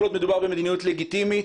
כל עוד מדובר במדיניות לגיטימית,